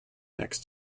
next